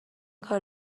کار